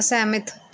ਅਸਹਿਮਤ